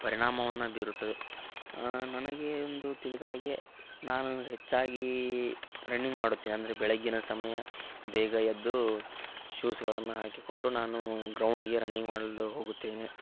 ಪರಿಣಾಮವನ್ನು ಬೀರುತ್ತದೆ ನನಗೆ ಒಂದು ತಿಳಿದಾಗೆ ನಾನು ಹೆಚ್ಚಾಗಿ ರನ್ನಿಂಗ್ ಮಾಡುತ್ತೇನೆ ಅಂದರೆ ಬೆಳಗ್ಗಿನ ಸಮಯ ಬೇಗ ಎದ್ದು ಶೂಸ್ಗಳನ್ನು ಹಾಕಿಕೊಂಡು ನಾನು ಗ್ರೌಂಡ್ಗೆ ರನ್ನಿಂಗ್ ಮಾಡಲು ಹೋಗುತ್ತೇನೆ